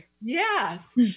yes